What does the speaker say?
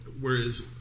whereas